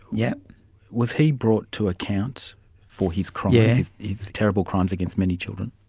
yeah was he brought to account for his crimes, his terrible crimes against many children?